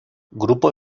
grupo